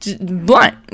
blunt